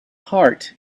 heart